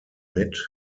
mit